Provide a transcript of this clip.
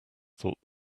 thought